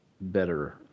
better